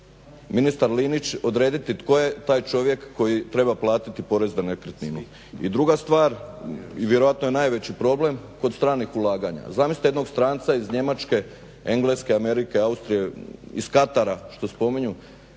ministar Linić odrediti tko je taj čovjek koji treba platiti porez na nekretninu. I druga stvar i vjerojatno je najveći problem kod stranih ulaganja. Zamislite jednog stranca iz Njemačke, Engleske, Amerike, Austrije, iz Katara što spominju,